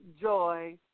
joy